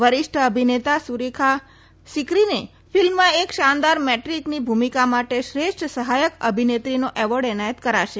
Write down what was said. વરિષ્ઠ અભિનેતા સુરેખા સીકરીને ફિલ્મમાં એક શાનદાર મેદ્રીકની ભૂમિકા માટે શ્રેષ્ઠ સહાયક અભિનેત્રીનો એવોર્ડ એનાયત કરાશે